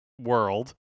World